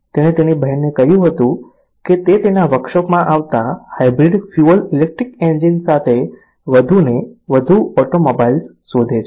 તેણે તેની બહેનને કહ્યું કે તે તેના વર્કશોપમાં આવતા હાઇબ્રિડ ફ્યુઅલ ઇલેક્ટ્રિક એન્જિન સાથે વધુને વધુ ઓટોમોબાઇલ્સ શોધે છે